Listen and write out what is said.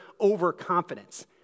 overconfidence